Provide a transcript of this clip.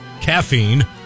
caffeine